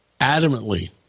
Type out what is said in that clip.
adamantly